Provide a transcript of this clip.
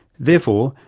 therefore,